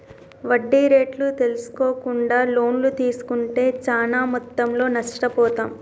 వడ్డీ రేట్లు తెల్సుకోకుండా లోన్లు తీస్కుంటే చానా మొత్తంలో నష్టపోతాం